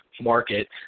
market